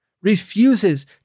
refuses